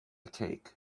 cake